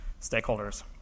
stakeholders